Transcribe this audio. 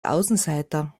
außenseiter